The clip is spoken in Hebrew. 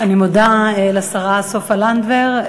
אני מודה לשרה סופה לנדבר.